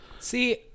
See